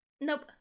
Nope